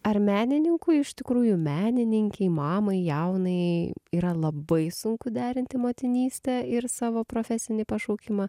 ar menininku iš tikrųjų menininkei mamai jaunajai yra labai sunku derinti motinystę ir savo profesinį pašaukimą